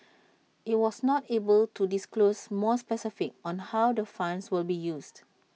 IT was not able to disclose more specifics on how the fund will be used